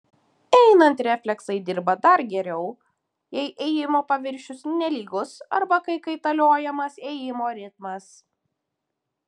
einant refleksai dirba dar geriau jei ėjimo paviršius nelygus arba kai kaitaliojamas ėjimo ritmas